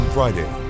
Friday